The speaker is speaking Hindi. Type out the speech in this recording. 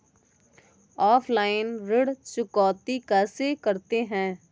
ऑफलाइन ऋण चुकौती कैसे करते हैं?